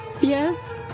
Yes